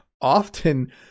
Often